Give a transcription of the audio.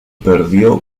perdió